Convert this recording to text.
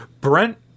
Brent